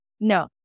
No